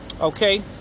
okay